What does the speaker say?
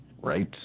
Right